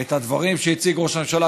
את הדברים שהציג ראש הממשלה,